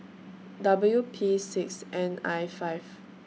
W P six N I five